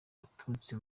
aturutse